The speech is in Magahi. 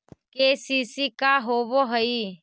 के.सी.सी का होव हइ?